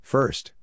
First